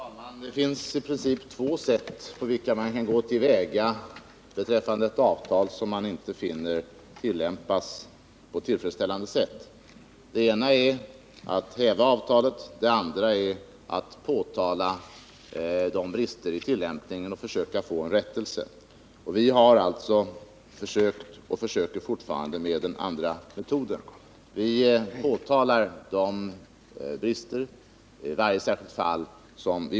Herr talman! Det finns i princip två sätt på vilka man kan gå till väga beträffande ett avtal som man finner tillämpas på ett otillfredsställande sätt. Det ena är att häva avtalet. Det andra är att påtala bristerna i tillämpningen och försöka få till stånd en rättelse. Vi har alltså försökt, och försöker fortfarande, med den andra metoden. Vi påtalar de brister som vi möter i varje enskilt fall.